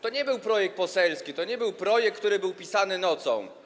To nie był projekt poselski, to nie był projekt, który był pisany nocą.